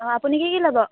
অঁ আপুনি কি কি ল'ব